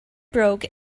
broke